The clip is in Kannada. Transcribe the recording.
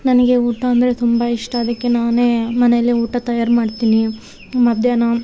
ನನಗೆ ಊಟ ಅಂದರೆ ತುಂಬ ಇಷ್ಟ ಅದಕ್ಕೆ ನಾನೇ ಮನೆಯಲ್ಲೆ ಊಟ ತಯಾರು ಮಾಡ್ತೀನಿ ಮಧ್ಯಾಹ್ನ